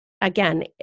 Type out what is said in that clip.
again